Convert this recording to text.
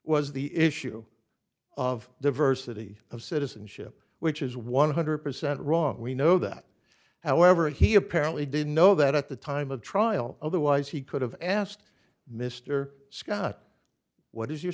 was the issue of diversity of citizenship which is one hundred percent wrong we know that however he apparently didn't know that at the time of trial otherwise he could have asked mr scott what is your